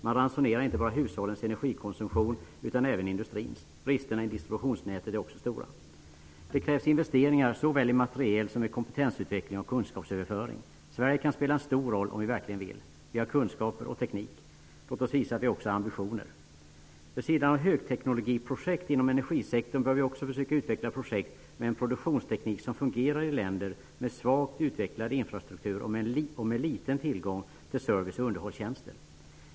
Man ransonerar inte bara hushållens eneregikonsumtion utan även industrins. Bristerna i distributionsnätet är också stora. Det krävs investeringar såväl i materiel som i kompetensutveckling och i kunskapsöverföring. Sverige kan spela en stor roll om vi verkligen vill. Vi har kunskaper och teknik. Låt oss visa att vi också har ambitioner! Vid sidan av högteknologiprojekt inom energisektorn bör vi också försöka utveckla projekt med en produktionsteknik som fungerar i länder med svagt utvecklad infrastruktur och med liten tillgång till service och underhållstjänster.